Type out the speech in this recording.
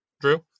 Drew